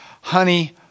Honey